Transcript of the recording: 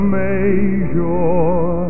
measure